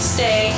Stay